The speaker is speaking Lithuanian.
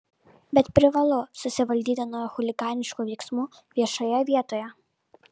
bet privalau susivaldyti nuo chuliganiškų veiksmų viešoje vietoje